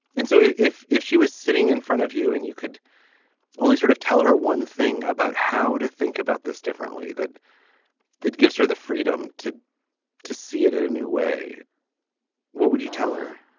and so if if if she was sitting in front of you and you could only sort of tell her one thing about how to think about this differently that that gives her the freedom to to see it in a new way what would you tell her